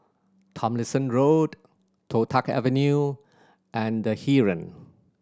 Tomlinson Road Toh Tuck Avenue and The Heeren